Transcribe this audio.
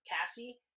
cassie